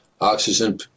Oxygen